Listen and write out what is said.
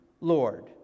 Lord